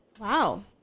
Wow